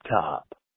top